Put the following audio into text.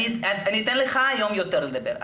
אתן לך היום יותר לדבר,